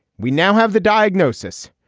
we now have the diagnosis.